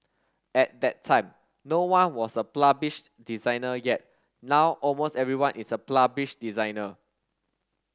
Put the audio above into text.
at that time no one was a published designer yet now almost everyone is a published designer